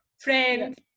friend